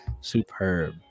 superb